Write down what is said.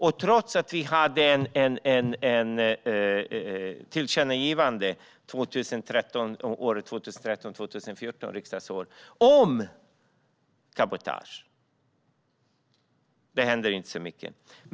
Och trots att vi hade ett tillkännagivande riksdagsåret 2013/2014 om cabotage hände det inte så mycket.